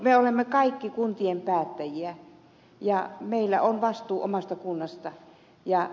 me olemme kaikki kuntien päättäjiä ja meillä on vastuu omasta kunnasta